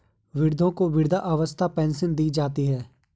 वृद्धों को वृद्धावस्था पेंशन दी जाती है